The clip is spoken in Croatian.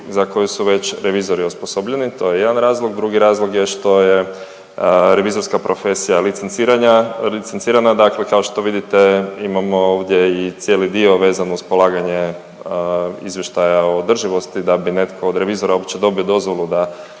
za koju su već revizori osposobljeni. To je jedan razlog. Drugi razlog je što je revizorska profesija licencirana, dakle kao što vidite imamo ovdje i cijeli dio vezan uz polaganje izvještaja o održivosti, da bi netko od revizora uopće dobio dozvolu da